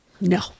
No